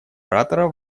оратора